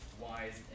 wise